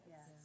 Yes